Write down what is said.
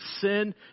sin